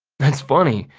that's funny.